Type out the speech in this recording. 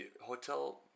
Hotel